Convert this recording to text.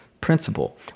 principle